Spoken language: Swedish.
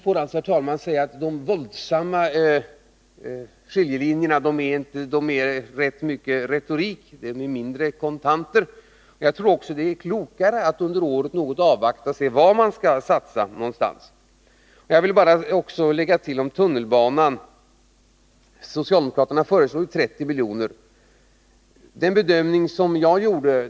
De våldsamma skillnaderna mellan socialdemokraterna och utskottsmajoriteten består nog, herr talman, mer av retorik än av kontanter. Jag tror också att det skulle vara klokare att avvakta under året och undersöka var satsningar bör göras. Så några ord om tunnelbanefrågan här i regionen. Socialdemokraterna föreslår en satsning på 30 milj.kr.